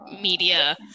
media